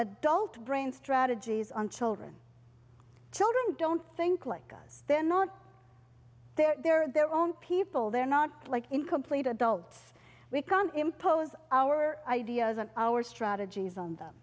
adult brain strategies on children children don't think like us then not there are their own people they're not like incomplete adults we can impose our ideas and our strategies on them